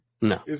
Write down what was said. no